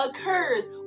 occurs